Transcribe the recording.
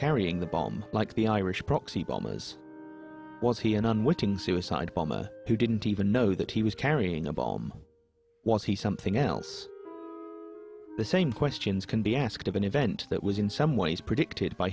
carrying the bomb like the irish proxy bombers was he an unwitting suicide bomber who didn't even know that he was carrying a bomb was he something else the same questions can be asked of an event that was in some ways predicted by